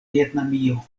vjetnamio